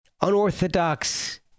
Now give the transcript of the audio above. unorthodox